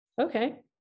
Okay